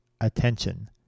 Attention